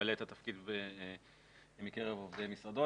שימלא את התפקיד מקרב עובדי משרדו.